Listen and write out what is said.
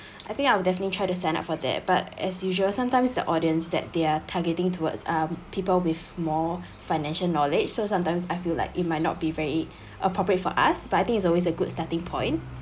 I think I'll definitely try to stand up for that but as usual sometimes the audience that they're targeting towards are people with more financial knowledge so sometimes I feel like it might not be very appropriate for us but I think is always a good starting point